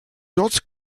dort